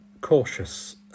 cautious